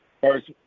first